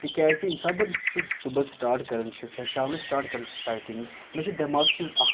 تِکیازِ ییٚمہِ ساتہٕ بہٕ سُہ صُبحس سٹارٹ کَران چھُس یا شامنَس سٹارٹ کَران چھُس رایٹِنٛگ مےٚ چُھ دٮ۪ماغَس منٛز اَکھ